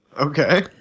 Okay